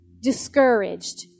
discouraged